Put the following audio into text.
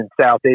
southeast